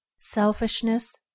selfishness